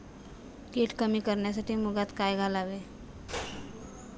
कीड कमी करण्यासाठी मुगात काय घालावे?